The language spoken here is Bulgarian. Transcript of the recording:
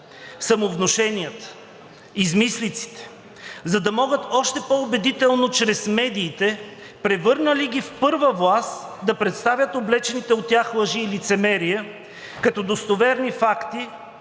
самовнушенията, измислиците, за да могат още по-убедително чрез медиите, превърнали ги в първа власт, да представят облечените от тях лъжи и лицемерие като достоверни факти,